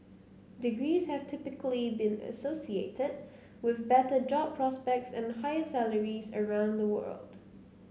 degrees have typically been associated with better job prospects and higher salaries around the world